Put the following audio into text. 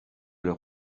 leur